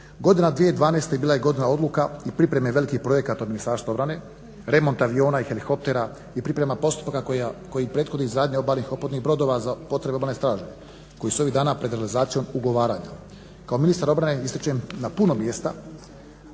Godina 2012. bila je godina odluka i pripreme velikih projekata u Ministarstvu obrane, remont aviona i helikoptera i priprema postupaka koji prethode izgradnji obalnih … brodova za potrebe Obalne straže koji su ovih dana pred realizacijom ugovaranja. Kao ministar obrane ističem na puno mjesta,